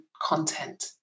content